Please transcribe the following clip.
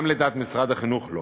גם לדעת משרד החינוך לא.